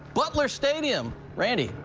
butler stadium, randy,